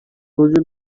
وجود